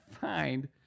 find